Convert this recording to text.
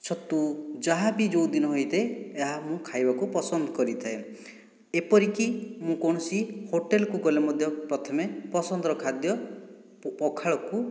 ଛତୁ ଯାହାବି ଯେଉଁଦିନ ହୋଇଥାଏ ଏହା ମୁଁ ଖାଇବାକୁ ପସନ୍ଦ କରିଥାଏ ଏପରିକି ମୁଁ କୌଣସି ହୋଟେଲକୁ ଗଲେ ମଧ୍ୟ ପ୍ରଥମେ ପସନ୍ଦର ଖାଦ୍ୟ ପଖାଳକୁ